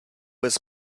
bez